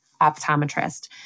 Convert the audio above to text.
optometrist